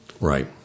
Right